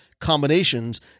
combinations